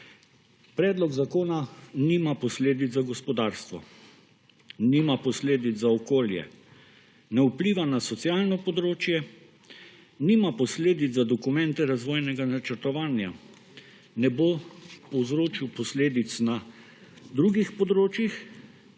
predlog zakona nima posledic za gospodarstvo, nima posledic za okolje, ne vpliva na socialno področje, nima posledic za dokumente razvojnega načrtovanja, ne bo povzročil posledic na drugih področjih